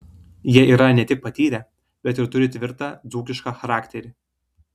jie yra ne tik patyrę bet ir turi tvirtą dzūkišką charakterį